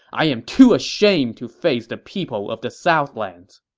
i am too ashamed to face the people of the southlands!